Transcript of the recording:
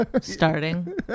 Starting